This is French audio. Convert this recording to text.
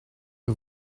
que